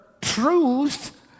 truth